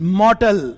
mortal